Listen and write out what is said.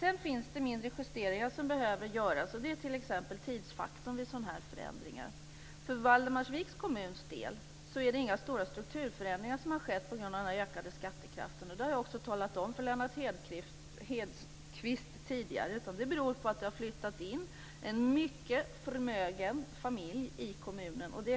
Sedan finns det mindre justeringar som behöver göras. Det gäller t.ex. tidsfaktorn vid sådana här förändringar. I Valdemarsviks kommun beror den ökade skattekraften inte på att några stora strukturförändringar har skett. Det har jag också talat om för Lennart Hedquist tidigare. Det beror på att det har flyttat in en mycket förmögen familj i kommunen.